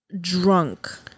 drunk